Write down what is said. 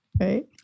Right